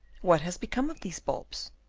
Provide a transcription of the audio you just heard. what has become of these bulbs?